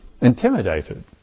intimidated